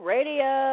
Radio